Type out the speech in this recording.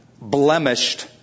blemished